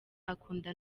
akunda